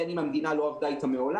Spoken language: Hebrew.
בין אם המדינה לא עבדה אתן מעולם,